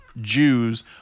Jews